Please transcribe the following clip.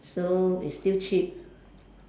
so it's still cheap